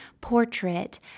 portrait